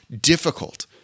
difficult